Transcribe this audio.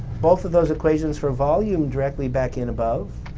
both of those equations for volume directly back in above